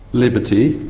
liberty,